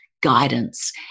guidance